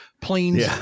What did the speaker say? planes